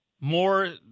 More